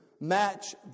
match